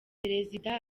perezida